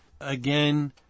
again